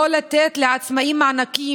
לא לתת לעצמאים מענקים,